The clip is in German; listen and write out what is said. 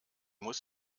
muss